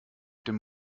dem